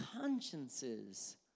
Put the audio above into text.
consciences